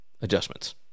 adjustments